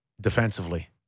defensively